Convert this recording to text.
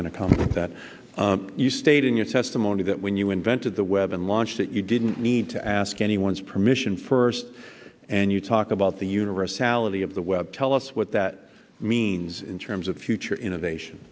can accomplish that you stayed in your testimony that when you invented the web and launch that you didn't need to ask anyone's permission first and you talk about the universal of the of the web tell us what that means in terms of future innovation